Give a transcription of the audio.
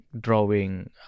drawing